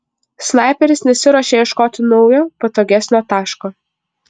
snaiperis nesiruošė ieškoti naujo patogesnio taško